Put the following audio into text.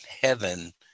heaven